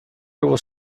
was